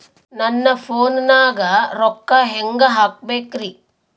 ನನ್ನ ಫೋನ್ ನಾಗ ರೊಕ್ಕ ಹೆಂಗ ಹಾಕ ಬೇಕ್ರಿ?